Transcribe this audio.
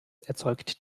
erzeugt